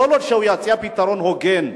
וכל עוד הוא יציע פתרון הוגן,